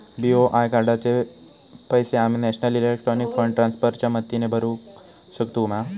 BOI कार्डाचे पैसे आम्ही नेशनल इलेक्ट्रॉनिक फंड ट्रान्स्फर च्या मदतीने भरुक शकतू मा?